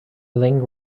link